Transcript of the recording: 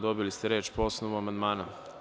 Dobili ste reč po osnovu amandmana.